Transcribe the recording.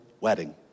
wedding